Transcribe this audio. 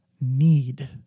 need